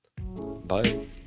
Bye